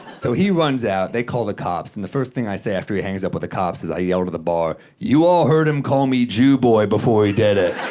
so, he runs out. they call the cops, and the first thing i say after he hangs up with the cops is i yell to the bar, you all heard him call me jew-boy before he did it.